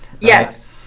yes